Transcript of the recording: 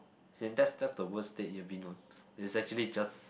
in that's that's the worst date you've been on is actually just